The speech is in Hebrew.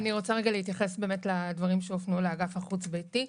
אני רוצה להתייחס לדברים שהופנו לאגף החוץ-ביתי.